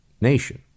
nation